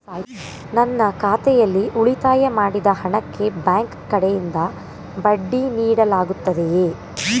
ನನ್ನ ಖಾತೆಯಲ್ಲಿ ಉಳಿತಾಯ ಮಾಡಿದ ಹಣಕ್ಕೆ ಬ್ಯಾಂಕ್ ಕಡೆಯಿಂದ ಬಡ್ಡಿ ನೀಡಲಾಗುತ್ತದೆಯೇ?